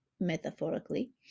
metaphorically